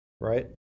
right